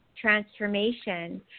transformation